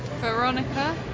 Veronica